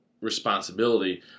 responsibility